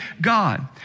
God